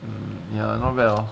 mm ya not bad hor